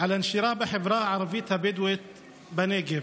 על הנשירה בחברה הערבית הבדואית בנגב,